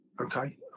okay